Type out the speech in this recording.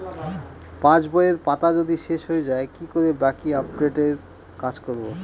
পাসবইয়ের পাতা যদি শেষ হয়ে য়ায় কি করে বাকী আপডেটের কাজ করব?